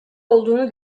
olduğunu